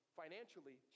financially